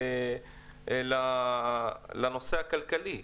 לנושא הכלכלי